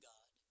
God